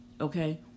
Okay